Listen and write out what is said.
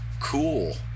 cool